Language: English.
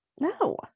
No